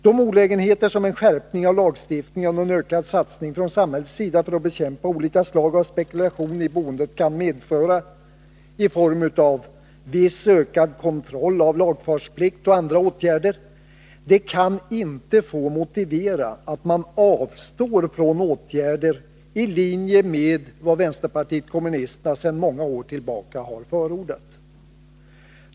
De olägenheter som en skärpning av lagstiftningen och en ökad satsning från samhällets sida för att bekämpa olika slag av spekulation i boendet kan medföra — i form av viss ökad kontroll av lagfartsplikt och andra åtgärder — kan inte få motivera att man avstår från åtgärder i linje med vad vpk sedan många år tillbaka har förordat.